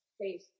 please